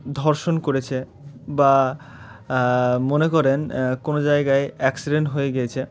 ধর্ষণ করেছে বা মনে কইন কোনো জায়গায় অ্যাক্সিডেন্ট হয়ে গিয়েছে